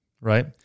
right